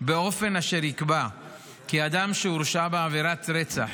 באופן אשר יקבע כי אדם שהורשע בעבירת רצח